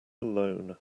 alone